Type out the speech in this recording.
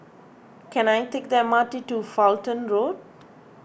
can I take the M R T to Fulton Road